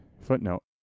Footnote